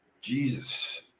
Jesus